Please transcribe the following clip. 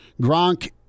Gronk